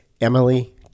Emily